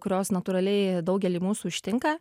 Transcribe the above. kurios natūraliai daugelį mūsų ištinka